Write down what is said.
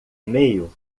meio